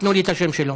תנו לי את השם שלו.